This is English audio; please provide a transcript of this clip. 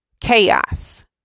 chaos